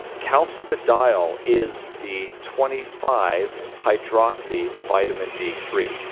calcifediol is the twenty five hydroxy vitamin d three.